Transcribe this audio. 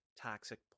toxic